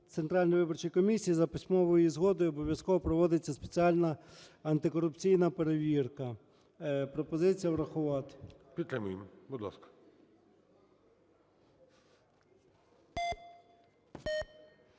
Центральної виборчої комісії, за письмовою згодою обов'язково проводиться спеціальна антикорупційна перевірка. Пропозиція врахувати. ГОЛОВУЮЧИЙ. Підтримуємо, будь ласка.